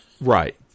Right